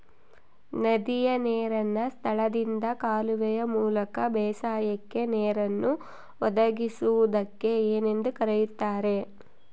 ನದಿಯ ನೇರಿನ ಸ್ಥಳದಿಂದ ಕಾಲುವೆಯ ಮೂಲಕ ಬೇಸಾಯಕ್ಕೆ ನೇರನ್ನು ಒದಗಿಸುವುದಕ್ಕೆ ಏನೆಂದು ಕರೆಯುತ್ತಾರೆ?